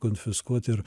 konfiskuoti ir